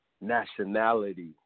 nationality